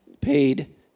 paid